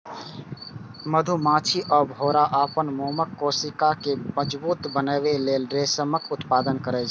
मधुमाछी आ भौंरा अपन मोमक कोशिका कें मजबूत बनबै लेल रेशमक उत्पादन करै छै